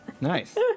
Nice